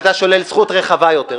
אתה שולל זכות רחבה יותר.